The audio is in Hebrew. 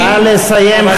נא לסיים,